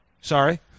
Sorry